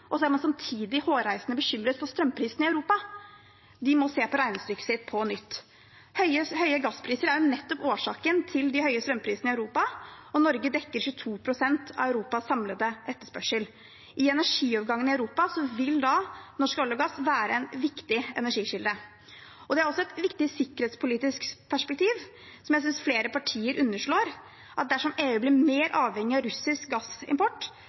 og som samtidig er hårreisende bekymret for strømprisene i Europa, må se på regnestykket sitt på nytt. Høye gasspriser er jo årsaken til de høye strømprisene i Europa, og Norge dekker 22 pst. av Europas samlede etterspørsel. I energiovergangen i Europa vil da norsk olje og gass være en viktig energikilde. Det er også et viktig sikkerhetspolitisk perspektiv her, som jeg synes flere partier underslår: Dersom EU blir mer avhengig av russisk gassimport,